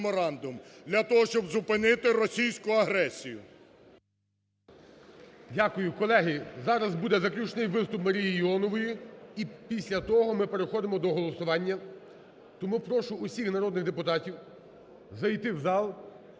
Дякую. Колеги, зараз буде заключний виступ Марії Іонової. І після того ми переходимо до голосування. Тому прошу усіх народних депутатів зайти в зал,